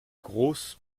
groß